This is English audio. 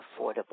affordable